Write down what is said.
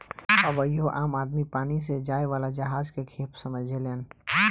अबहियो आम आदमी पानी से जाए वाला जहाज के खेप समझेलेन